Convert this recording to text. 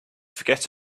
forget